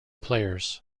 players